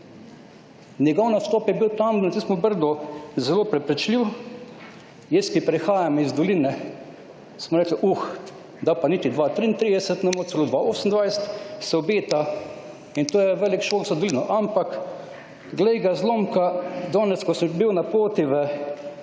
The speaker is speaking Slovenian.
Njegov nastop je bil tam na Brdu zelo prepričljiv. Jaz, ki prihajam iz doline, smo rekli uh, zdaj pa niti 2033 ne bo, celo 2028 se obeta, in to je velik šok za dolino. Ampak, glej ga zlomka, danes, ko sem bil na poti v